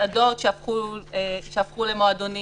מסעדות שהפכו למועדונים.